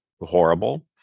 horrible